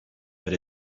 per